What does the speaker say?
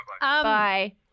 Bye